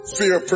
fear